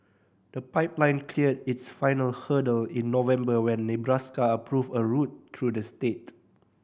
the pipeline cleared its final hurdle in November when Nebraska approved a route through the state